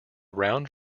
round